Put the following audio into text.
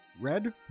red